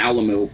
Alamo